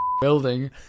building